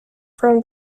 from